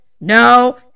no